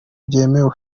byemewe